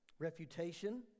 Refutation